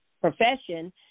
profession